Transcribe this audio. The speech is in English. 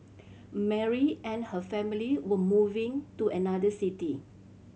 Mary and her family were moving to another city